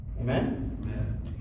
Amen